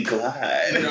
Glide